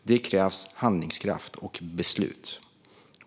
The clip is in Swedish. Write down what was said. Det krävs handlingskraft och beslut.